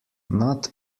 not